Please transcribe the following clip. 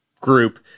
group